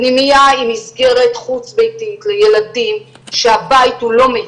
פנימייה היא מסגרת חוץ ביתית לילדים שהבית הוא לא מיטיב,